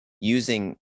using